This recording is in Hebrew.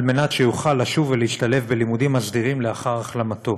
על מנת שיוכל לשוב ולהשתלב בלימודים הסדירים לאחר החלמתו.